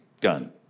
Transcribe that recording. gun